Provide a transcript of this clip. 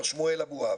מר שמואל אבואב,